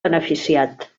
beneficiat